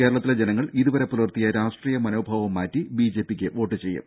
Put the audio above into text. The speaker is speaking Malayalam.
കേരളത്തിലെ ജനങ്ങൾ ഇതുവരെ പുലർത്തിയ രാഷ്ട്രീയ മനോഭാവം മാറ്റി ബി ജെ പിയ്ക്ക് വോട്ട് ചെയ്യും